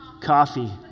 Coffee